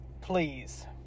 Please